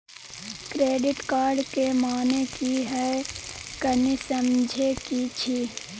Credit card के माने की हैं, कनी समझे कि छि?